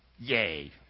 Yay